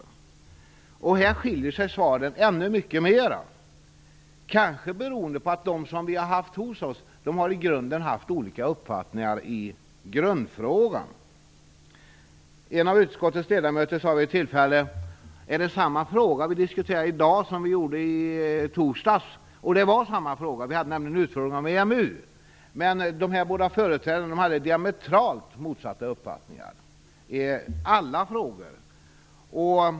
I dessa fall skiljer sig svaren ännu mycket mer, kanske beroende på att de som har varit hos oss har haft olika uppfattningar i grundfrågan. En av utskottets ledamöter sade vid ett tillfälle: Är det samma fråga vi diskuterar i dag som vi diskuterade i torsdags? Det var samma fråga - vi hade nämligen utfrågningar om EMU - men de båda företrädarna hade diametralt motsatta uppfattningar i alla frågor.